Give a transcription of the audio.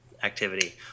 Activity